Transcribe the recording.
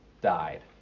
died